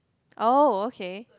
orh okay